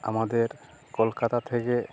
আমাদের কলকাতা থেকে